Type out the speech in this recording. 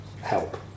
Help